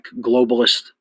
globalist